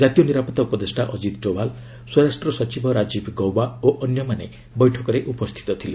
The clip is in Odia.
କାତୀୟ ନିରାପତ୍ତା ଉପଦେଷ୍ଟା ଅଜିତ ଡୋବାଲ୍ ସ୍ୱରାଷ୍ଟ୍ର ସଚିବ ରାଜୀବ ଗୌୱା ଓ ଅନ୍ୟମାନେ ବୈଠକରେ ଉପସ୍ଥିତ ଥିଲେ